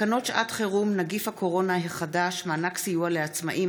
תקנות שעת חירום (נגיף הקורונה החדש) (מענק סיוע לעצמאים),